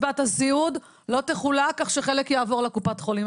קצבת הסיעוד לא תחולק כך שחלק יעבור לקופות החולים.